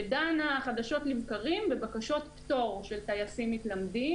שדנה חדשות לבקרים בבקשות פטור של טייסים מתלמדים